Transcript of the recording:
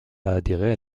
adhérer